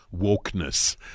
wokeness